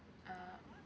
uh